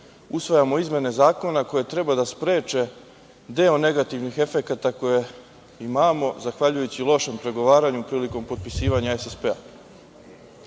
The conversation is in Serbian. usvajamo izmene zakona koje treba da spreče deo negativnih efekata koje imamo zahvaljujući lošem pregovaranju prilikom potpisivanja SSP,